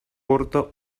porta